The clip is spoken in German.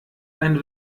ein